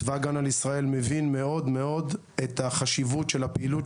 צה"ל מבין מאוד מאוד את החשיבות של הפעילות